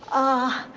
ah.